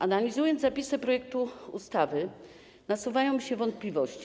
Analizując zapisy projektu ustawy, nasuwają się wątpliwości.